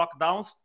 lockdowns